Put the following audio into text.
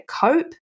cope